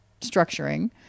structuring